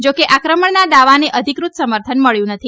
જો કે આક્રમણના દાવાને અધિકૃત સમર્થન મબ્યું નથી